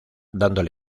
dándole